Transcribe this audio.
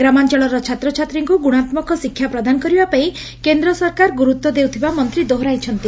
ଗ୍ରାମାଞ୍ଞଳର ଛାତ୍ରଛାତ୍ରୀଙ୍କୁ ଗୁଶାତ୍କକ ଶିକ୍ଷା ପ୍ରଦାନ କରିବାପାଇଁ କେନ୍ଦ୍ର ସରକାର ଗୁରୁତ୍ ଦେଉଥିବା ମନ୍ତୀ ଦୋହରାଇଛନ୍ତି